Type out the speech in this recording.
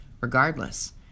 Regardless